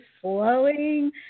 flowing